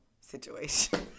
situation